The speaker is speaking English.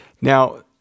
Now